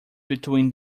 between